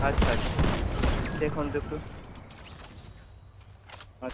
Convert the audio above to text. আচ্ছা আচ্ছা দেখুন তো একটু আচ্ছা